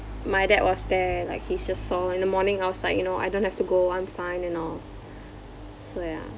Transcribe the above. my dad was there like he's just sore in the morning I was like you know I don't have to go I'm fine and all so ya